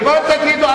ומה תגידו,